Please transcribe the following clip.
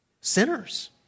sinners